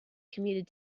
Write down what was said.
commuted